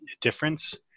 difference